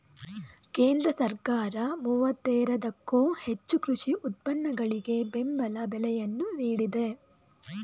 ಕೇಂದ್ರ ಸರ್ಕಾರ ಮೂವತ್ತೇರದಕ್ಕೋ ಹೆಚ್ಚು ಕೃಷಿ ಉತ್ಪನ್ನಗಳಿಗೆ ಬೆಂಬಲ ಬೆಲೆಯನ್ನು ನೀಡಿದೆ